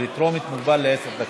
בטרומית מוגבל לעשר דקות.